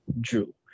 Drew